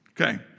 Okay